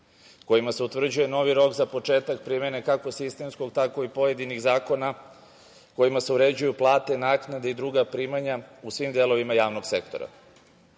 kojima se utvrđuje novi rok za početak primene kako sistemskog, tako i pojedinih zakona, kojima se uređuju plate, naknade i druga primanja u svim delovima javnog sektora. Navedena